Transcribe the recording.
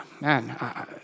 man